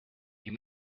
you